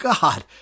God